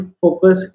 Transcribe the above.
focus